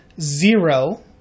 zero